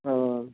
oh